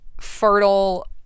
fertile